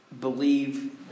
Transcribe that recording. believe